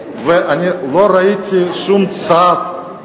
אני לא ראיתי שום צעד,